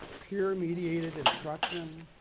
peer-mediated instruction,